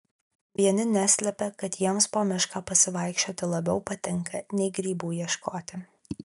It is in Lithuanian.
vieni neslepia kad jiems po mišką pasivaikščioti labiau patinka nei grybų ieškoti